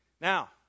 Now